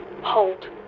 Hold